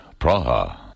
Praha